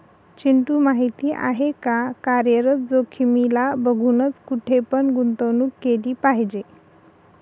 चिंटू माहिती आहे का? कार्यरत जोखीमीला बघूनच, कुठे पण गुंतवणूक केली पाहिजे